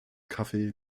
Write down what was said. kaffee